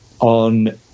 on